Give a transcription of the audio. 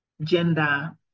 gender